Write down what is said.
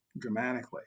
Dramatically